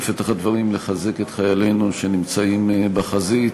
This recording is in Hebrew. לחזק את חיילינו שנמצאים בחזית,